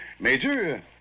Major